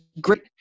great